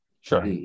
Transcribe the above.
Sure